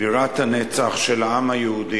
בירת הנצח של העם היהודי,